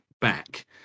back